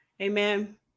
Amen